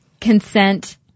consent